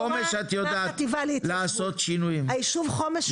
לחומש את יודעת לעשות שינויים -- הישוב חומש לא קיבל אגורה.